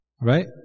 right